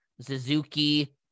Suzuki